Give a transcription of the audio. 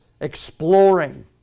exploring